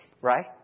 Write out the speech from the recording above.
right